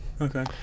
Okay